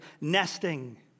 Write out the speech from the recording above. nesting